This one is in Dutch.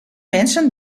mensen